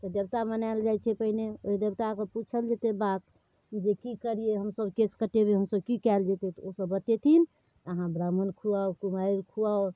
तऽ देवता मनाएल जाइत छै पहिने ओहि देवताके पुछल जेतै बात जे कि करियै हमसब केस कटेबै हमसब की कएल जेतै ओसब बतेथिन आहाँ ब्राह्मण खुवाउ कुमारि खुवाउ